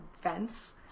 fence